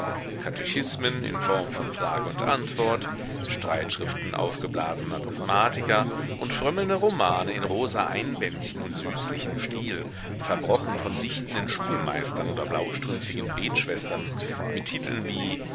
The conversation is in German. katechismen in form von frage und antwort streitschriften aufgeblasener dogmatiker und frömmelnde romane in rosa einbändchen und süßlichem stil verbrochen von dichtenden schulmeistern oder blaustrümpfigen betschwestern mit titeln wie